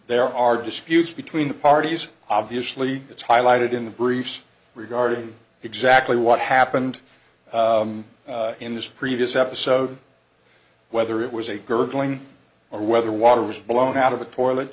there are disputes between the parties obviously it's highlighted in the briefs regarding exactly what happened in this previous episode whether it was a gurgling or whether water was blown out of the toilet